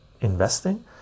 investing